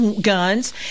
guns